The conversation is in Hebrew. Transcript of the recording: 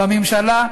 והממשלה,